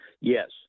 Yes